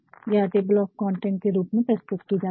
यह table of content के रूप में प्रस्तुत की जाती है